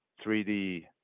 3D